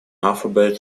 alphabet